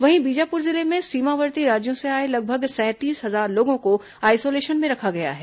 वहीं बीजापुर जिले में सीमावर्ती राज्यों से आए लगभग सैंतीस हजार लोगों को आईसोलेशन में रखा गया है